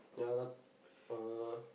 yeah not~ uh